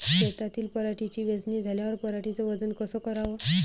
शेतातील पराटीची वेचनी झाल्यावर पराटीचं वजन कस कराव?